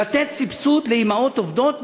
לתת סבסוד לאימהות עובדות,